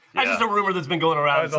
i just a rumor that's been going around